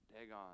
Dagon